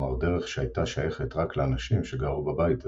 כלומר דרך שהיתה שיכת רק לאנשים שגרו בבית הזה.